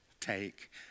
take